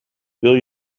wil